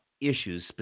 issues